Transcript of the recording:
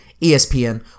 ESPN